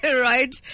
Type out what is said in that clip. right